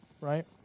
Right